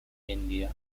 india